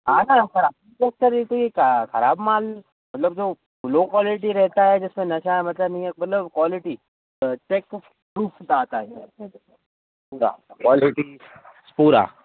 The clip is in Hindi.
आता है सर आप सर एक खराब माल मतलब जो लो क्वालिटी रहता है जैसे नशा मतब मतलब क्वालिटी आता है पूरा पूरा